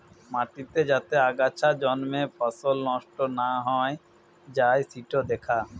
মাটিতে যাতে আগাছা জন্মে ফসল নষ্ট না হৈ যাই সিটো দ্যাখা